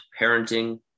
Parenting